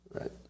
right